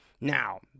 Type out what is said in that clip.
Now